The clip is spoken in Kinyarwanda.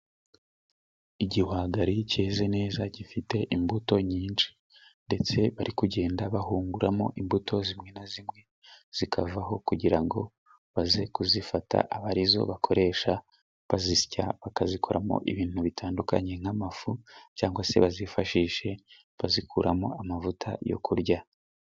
Igihwagari cyeze neza, gifite imbuto nyinshi, ndetse bari kugenda bahunguramo imbuto zimwe na zimwe zikavaho, kugira ngo baze kuzifata, aba arizo bakoresha bazisya, bakazikoramo ibintu bitandukanye, nk'amafu, cyangwa se bazifashishe bazikuramo amavuta yo kurya.